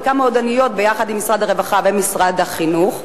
חלקן מועדוניות יחד עם משרד הרווחה ומשרד החינוך,